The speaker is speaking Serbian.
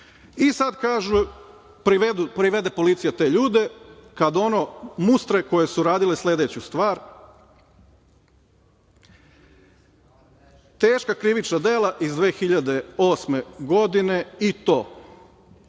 I privede policija te ljude, kad ono mustre koje su radile sledeću stvar - teška krivična dela iz 2008. godine i to